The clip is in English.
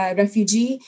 refugee